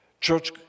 Church